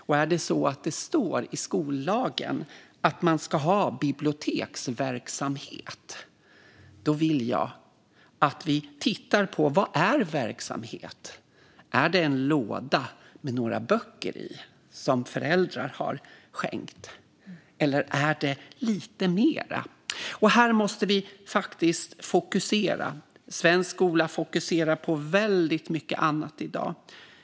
Om det står i skollagen att man ska ha biblioteksverksamhet vill jag att vi tittar på vad "verksamhet" är för något. Är det en låda med några böcker i som föräldrar har skänkt? Eller är det lite mer? Här måste vi fokusera. Svensk skola fokuserar på väldigt mycket annat i dag.